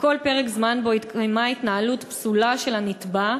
כל פרק זמן שבו התקיימה התנהלות פסולה של הנתבע,